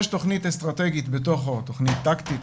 יש תכנית אסטרטגית או תכנית טקטית,